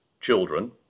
children